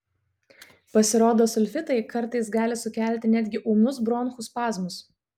pasirodo sulfitai kartais gali sukelti netgi ūmius bronchų spazmus